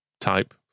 type